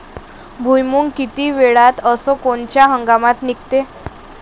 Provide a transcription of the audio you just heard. भुईमुंग किती वेळात अस कोनच्या हंगामात निगते?